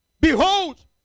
Behold